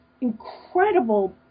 incredible